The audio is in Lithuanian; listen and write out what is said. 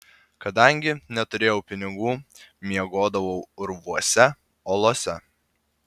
kadangi neturėjau pinigų miegodavau urvuose olose